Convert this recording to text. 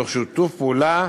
תוך שיתוף פעולה